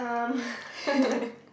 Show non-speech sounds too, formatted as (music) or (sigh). (laughs)